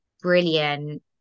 brilliant